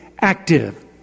active